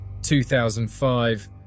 2005